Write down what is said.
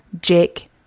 Jake